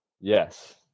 Yes